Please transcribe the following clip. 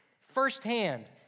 firsthand